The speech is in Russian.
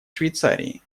швейцарии